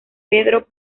pedro